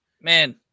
Man